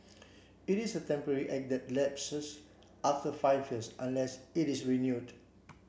it is a temporary act that lapses after five years unless it is renewed